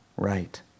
right